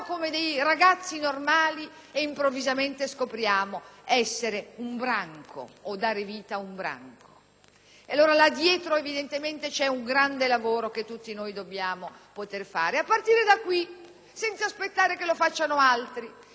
o dare vita ad un branco. C'è un grande lavoro che tutti noi dobbiamo poter fare a partire da qui, senza aspettare che lo facciano altri, senza aspettare che altri cerchino di difendere come possono ciò che hanno e soprattutto